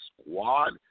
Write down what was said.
squad